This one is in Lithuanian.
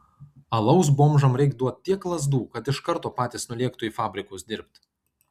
alaus bomžam reik duot tiek lazdų kad iš karto patys nulėktų į fabrikus dirbt